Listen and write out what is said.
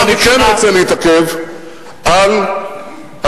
אבל אני כן רוצה להתעכב על הפירוז.